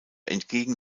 entgegen